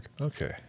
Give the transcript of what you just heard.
Okay